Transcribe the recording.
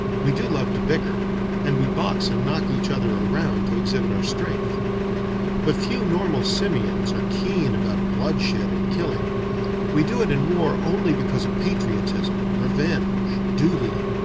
we do love to bicker and we box and knock each other around, to exhibit our strength but few normal simians are keen about bloodshed and killing we do it in war only because of patriotism, revenge, duty,